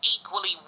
equally